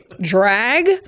Drag